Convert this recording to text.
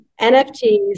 NFTs